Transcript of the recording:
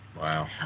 Wow